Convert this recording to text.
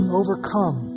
overcome